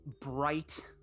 bright